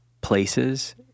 places